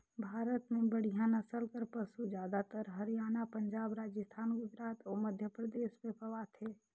भारत में बड़िहा नसल कर पसु जादातर हरयाना, पंजाब, राजिस्थान, गुजरात अउ मध्यपरदेस में पवाथे